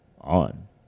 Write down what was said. on